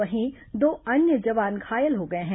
वहीं दो अन्य जवान घायल हो गए हैं